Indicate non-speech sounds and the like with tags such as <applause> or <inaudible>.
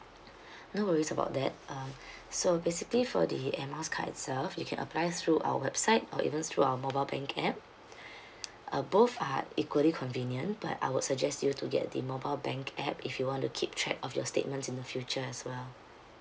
no worries about that uh <breath> so basically for the air miles card itself you can apply through our website or even through our mobile bank app <breath> uh both are equally convenient but I would suggest you to get the mobile bank app if you want to keep track of your statements in the future as well